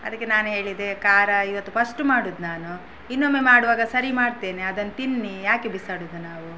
ಅದಕ್ಕೆ ನಾನು ಹೇಳಿದೆ ಖಾರ ಇವತ್ತು ಫಸ್ಟ್ ಮಾಡೋದು ನಾನು ಇನ್ನೊಮ್ಮೆ ಮಾಡುವಾಗ ಸರಿ ಮಾಡ್ತೇನೆ ಅದನ್ನ ತಿನ್ನಿ ಯಾಕೆ ಬಿಸಾಡುವುದು ನಾವು